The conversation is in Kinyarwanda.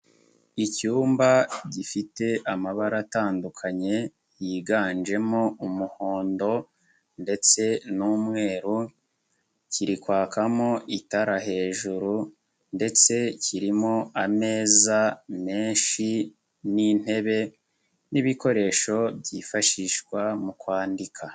Icyumba gifite amabara atandukanye yiganjemo umuhondo ndetse n'umweru, kiri kwakamo itara hejuru, ndetse kirimo ameza menshi n'intebe n'ibikoresho byifashishwa mu kwandika.